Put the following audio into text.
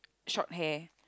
short hair